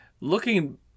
looking